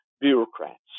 bureaucrats